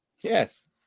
yes